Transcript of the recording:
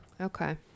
Okay